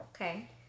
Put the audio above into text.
okay